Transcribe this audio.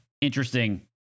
interesting